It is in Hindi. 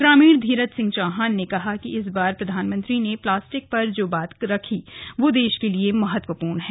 ग्रामीण धीरज सिंह चौहान ने कहा कि इस बार प्रधानमंत्री ने प्लास्टिक पर जो बात रखी वह देश के लिए महत्वपूर्ण है